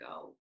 go